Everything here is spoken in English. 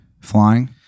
flying